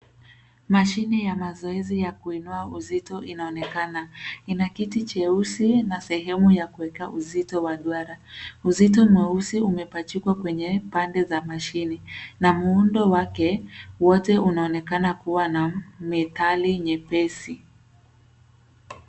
Mashine ya mazoezi ya kuinua uzito inaonekana. Ina kiti cheusi na sehemu ya kuweka uzito wa duara. Uzito mweusi umepachikwa kwenye pande za mashine na muundo wake wote unaonekana kuwa na metali nyepesi.